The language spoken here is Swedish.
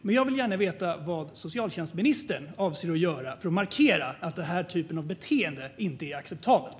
Men jag vill gärna veta vad socialtjänstministern avser att göra för att markera att beteende av denna typ inte är acceptabelt.